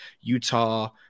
Utah